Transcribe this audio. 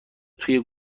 توی